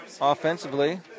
Offensively